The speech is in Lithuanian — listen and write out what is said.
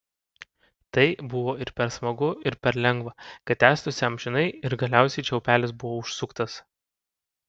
tai buvo ir per smagu ir per lengva kad tęstųsi amžinai ir galiausiai čiaupelis buvo užsuktas